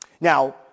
Now